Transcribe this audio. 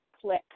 click